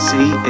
See